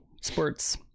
sports